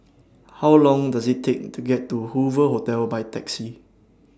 How Long Does IT Take to get to Hoover Hotel By Taxi